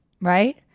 right